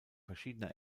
verschiedener